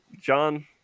John